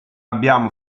abbiamo